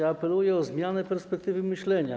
Apeluję o zmianę perspektywy myślenia.